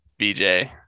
BJ